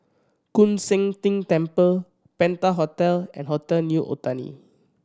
Koon Seng Ting Temple Penta Hotel and Hotel New Otani